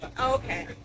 Okay